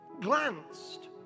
glanced